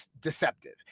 deceptive